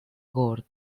gord